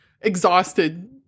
exhausted